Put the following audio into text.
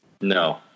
No